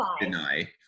deny